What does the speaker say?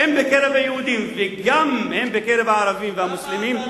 הן בקרב היהודים והן בקרב הערבים והמוסלמים,